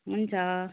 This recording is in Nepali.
हुन्छ